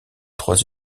trois